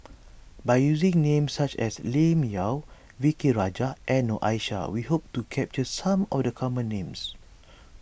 by using names such as Lim Yau V K Rajah and Noor Aishah we hope to capture some of the common names